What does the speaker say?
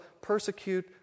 persecute